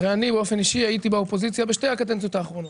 הרי באופן אישי הייתי באופוזיציה בשתי הקדנציות האחרונות,